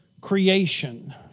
creation